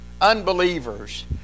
unbelievers